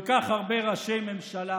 כל כך הרבה ראשי ממשלה,